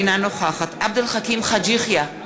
אינה נוכחת עבד אל חכים חאג' יחיא,